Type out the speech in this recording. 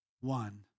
one